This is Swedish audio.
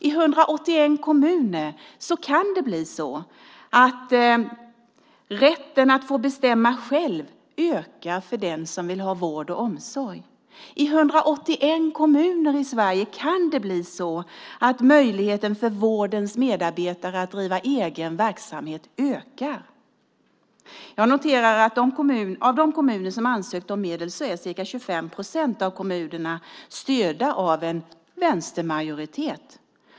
I 181 kommuner i Sverige kan det bli så att rätten att själv få bestämma ökar för den som vill ha vård och omsorg. I 181 kommuner i Sverige kan det bli så att möjligheterna att driva egen verksamhet ökar för vårdens medarbetare. Jag noterar att ca 25 procent av de kommuner som ansökt om medel är styrda av en vänstermajoritet.